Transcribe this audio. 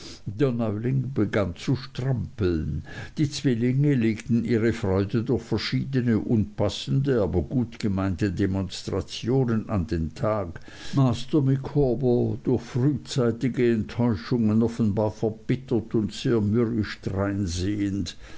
der fremdling begann zu strampeln die zwillinge legten ihre freude durch verschiedne unpassende aber gutgemeinte demonstrationen an den tag master micawber durch frühzeitige enttäuschungen offenbar verbittert und sehr mürrisch dreinsehend